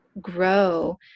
grow